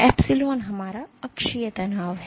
epsilon हमारा अक्षीय तनाव है